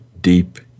deep